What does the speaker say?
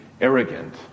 arrogant